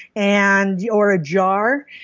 and yeah or, a jar.